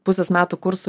pusės metų kursų